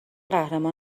قهرمان